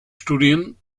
studien